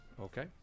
Okay